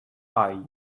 are